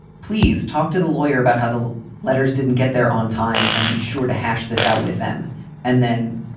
please talk to the lawyer about how the letters didn't get there on time and be sure to hash this out with them and then,